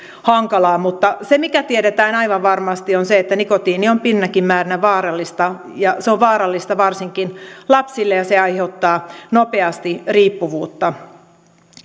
hankalaa mutta se mikä tiedetään aivan varmasti on se että nikotiini on pieninäkin määrinä vaarallista se on vaarallista varsinkin lapsille ja se aiheuttaa nopeasti riippuvuutta